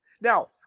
now